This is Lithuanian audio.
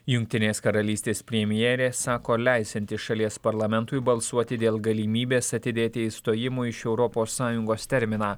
jungtinės karalystės premjerė sako leisianti šalies parlamentui balsuoti dėl galimybės atidėti išstojimo iš europos sąjungos terminą